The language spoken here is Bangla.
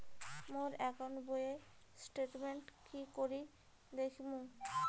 মোর একাউন্ট বইয়ের স্টেটমেন্ট কি করি দেখিম?